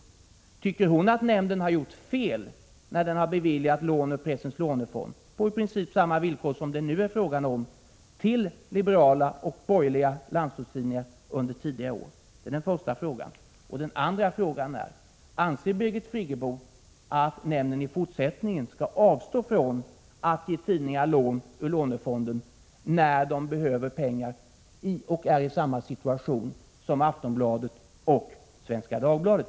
Den första frågan är: Tycker hon att nämnden gjort fel när den under tidigare år beviljat lån ur pressens lånefond till liberala och andra borgerliga landsortstidningar på i princip samma villkor som det nu är fråga om? Den andra frågan är: Anser Birgit Friggebo att nämnden i fortsättningen skall avstå från att ge tidningar lån ur lånefonden när de behöver pengar och befinner sig i samma situation som Aftonbladet och Svenska Dagbladet?